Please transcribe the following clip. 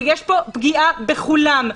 יש פה פגיעה בכולם,